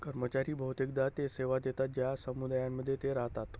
कर्मचारी बहुतेकदा ते सेवा देतात ज्या समुदायांमध्ये ते राहतात